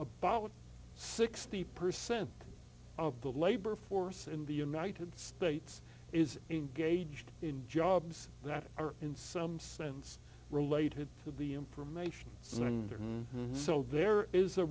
about sixty percent of the labor force in the united states is engaged in jobs that are in some sense related to the information isn't so there is a